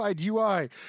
UI